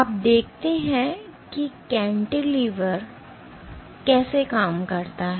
अब देखते हैं कि कैंटिलीवर कैसे काम करता है